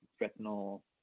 retinal